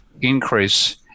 increase